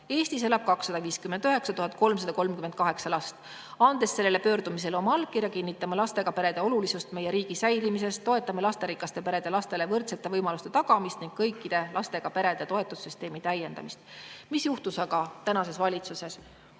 elab 259 338 last. Andes sellele pöördumisele oma allkirja, kinnitame lastega perede olulisust meie riigi säilimisest, toetame lasterikaste perede lastele võrdsete võimaluste tagamist ning kõikide lastega perede toetussüsteemi täiendamist."Mis juhtus aga tänases valitsuses?